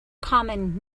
common